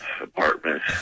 apartment